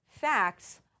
facts